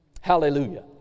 Hallelujah